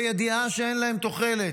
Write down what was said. בידיעה שאין להם תוחלת.